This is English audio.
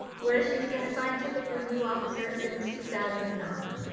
where she s been a scientific review officer since two thousand and nine.